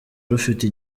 rufite